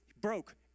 broke